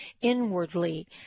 inwardly